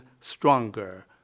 stronger